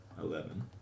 Eleven